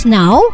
now